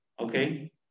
Okay